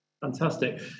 Fantastic